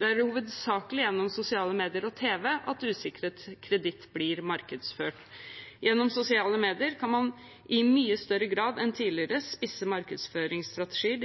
Det er hovedsakelig gjennom sosiale medier og tv at usikret kreditt blir markedsført. Gjennom sosiale medier kan man i mye større grad enn tidligere spisse markedsføringsstrategier